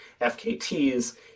FKTs